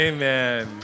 Amen